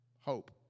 hope